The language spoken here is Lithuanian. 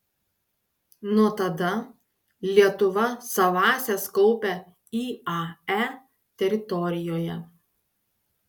nuo tada lietuva savąsias kaupia iae teritorijoje